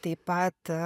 taip pat